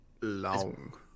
Long